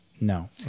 No